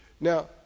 Now